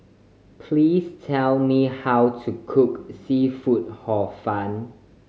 please tell me how to cook seafood Hor Fun